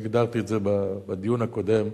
הגדרתי את זה בדיון הקודם,